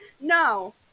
No